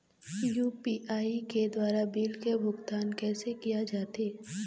UPI के द्वारा bill के भुगतान कैसे किया जाथे?